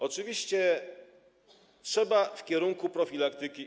Oczywiście trzeba iść w kierunku profilaktyki.